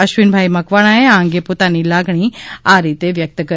અશ્વિનભાઈ મકવાણાએ આ અંગે પોતાની લાગણી આ રીતે વ્યક્ત કરી